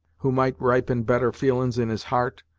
who might ripen better feelin's in his heart,